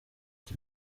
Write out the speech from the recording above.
iki